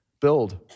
build